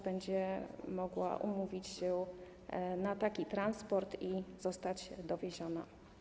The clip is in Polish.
Będzie mogła umówić się na taki transport i zostać dowieziona.